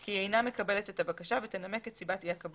- כי היא אינה מקבלת את הבקשה ותנמק את סיבת אי הקבלה.